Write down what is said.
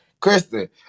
Kristen